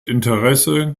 interesse